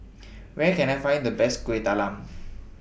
Where Can I Find The Best Kuih Talam